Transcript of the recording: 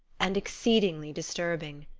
and exceedingly disturbing.